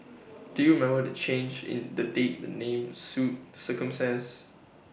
do remember to change in the date and name suit circumstances